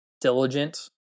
diligent